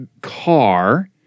car